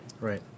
Right